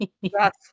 Yes